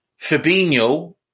Fabinho